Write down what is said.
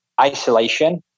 isolation